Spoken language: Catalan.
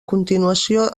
continuació